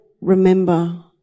remember